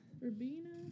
Verbena